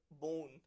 bone